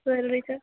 jewellery का